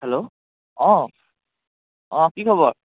hello অঁ অঁ কি খবৰ